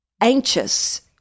anxious